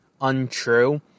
untrue